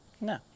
No